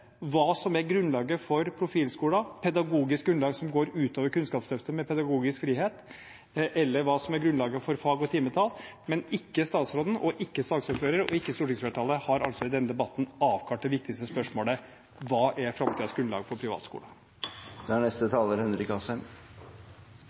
hva som er grunnlaget for profilskoler – pedagogisk grunnlag som går utover Kunnskapsløftet, med pedagogisk frihet? – og hva som er grunnlaget for fag og timetall. Men verken statsråden, saksordføreren eller stortingsflertallet har i denne debatten avklart det viktigste spørsmålet: Hva er framtidens grunnlag for privatskoler? Det er